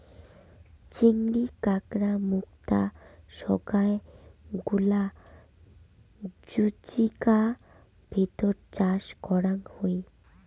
চিংড়ি, কাঁকড়া, মুক্তা সোগায় গুলা জুচিকার ভিতর চাষ করাং হই